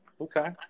Okay